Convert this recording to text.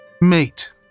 Mate